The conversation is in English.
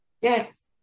yes